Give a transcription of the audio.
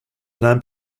lamp